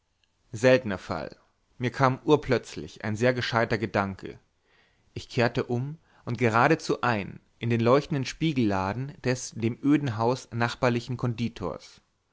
seltner fall mir kam urplötzlich ein sehr gescheuter gedanke ich kehrte um und geradezu ein in den leuchtenden spiegelladen des dem öden hause nachbarlichen konditors